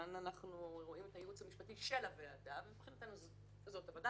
כאן אנחנו רואים את הייעוץ המשפטי של הוועדה ומבחינתנו זאת הוועדה.